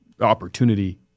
opportunity